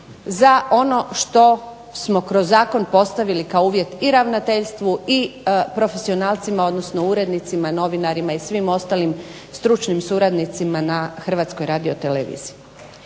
za ono što smo kroz zakon postavili kao uvjet i ravnateljstvu i profesionalcima, odnosno urednicima i novinarima i svim ostalim stručnim suradnicima na Hrvatskoj radioteleviziji.